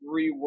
reword